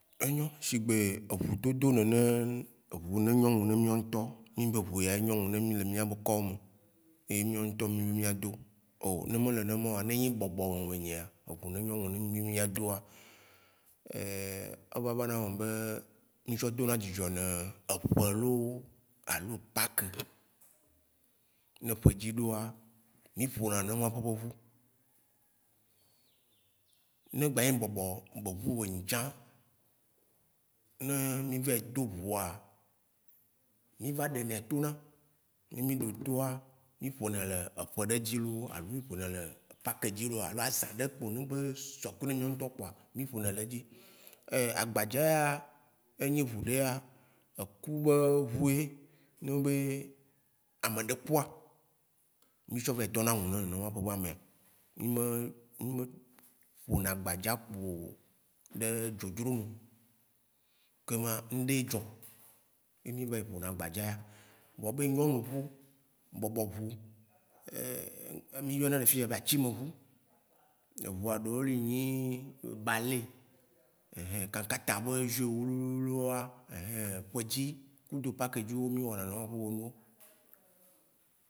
enyɔ! shigbe eʋudodo nene, eʋu yi ne nyɔnu ne miaŋtɔ, mi be eʋu ya ye nyɔnu ne miaŋtɔ le miabe kɔme, ye miaŋtɔ mi be miado. O ne me le nenemao, ne nyi bɔbɔʋu e nyia, eʋu yí ne nyɔnu ye mi be mía doa, eva vana eme be, mí tsɔ dona dzidzɔ ne eƒe loo, alo pacques. ne ƒedzi ɖoa, mi ƒona nenema ƒeƒe ʋu. Ne gbanyi bɔbɔ be ʋu enyi tsã, ne mi va yi do ʋua, mi va ɖenɛ tona. Ne mi ɖe toa, mi ƒone le eƒe ɖe dzi loo alo mi ƒone le pacques dzi loo, alo azã ɖe kpo, ne gbe sɔkuɖe mia ŋ'tɔ kpoa, mi ƒone le dzi. agbadza ya, enyi ʋu ɖea, eku be ʋu ye. Ne nyi be ameɖe kua. mi tsɔ vayi dɔna ŋu ne nenema ƒe be amea. Mi me, mi me ƒona agbadza kpo ɖe dzrodzro nuo. Kema ŋ'ɖe ye dzɔ ye mi va yi ƒona agbadza ya. Vɔ be nyɔnuʋu, bɔbɔʋu mi yɔnɛ le fiyea be atsimɛʋu. Eʋua ɖewo li nyi bale. Ɛhĩ kãtata be jeux wliwliwoa ehĩ, ƒedzi kudo pâque dzi mi wɔna nene ʋu ƒe nuwo.